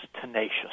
tenacious